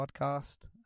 Podcast